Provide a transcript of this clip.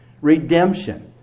redemption